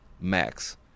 max